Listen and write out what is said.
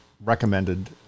recommended